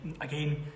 again